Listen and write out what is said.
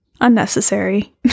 unnecessary